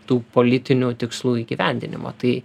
tų politinių tikslų įgyvendinimo tai